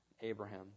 Abraham